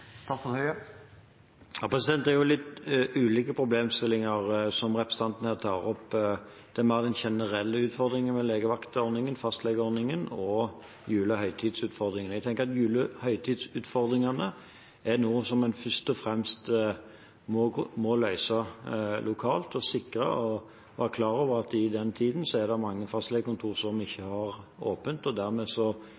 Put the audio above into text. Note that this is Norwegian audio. Det er litt ulike problemstillinger som representanten her tar opp. Det er mer generelle utfordringer med legevaktordningen og fastlegeordningen, og julehøytidsutfordringene. Jeg tenker at julehøytidsutfordringene er noe som en først og fremst må løse lokalt og sikre, og være klar over at i den tiden er det mange fastlegekontorer som ikke